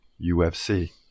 UFC